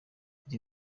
iri